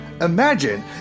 imagine